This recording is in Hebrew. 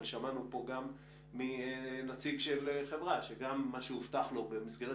שמענו פה מנציג של חברה שגם מה שהובטח לו במסגרת